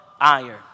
iron